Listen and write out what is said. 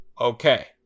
Okay